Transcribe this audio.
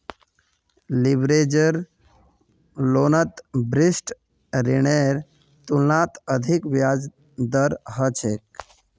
leverage लोनत विशिष्ट ऋनेर तुलनात अधिक ब्याज दर ह छेक